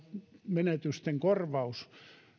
veromenetysten korvaus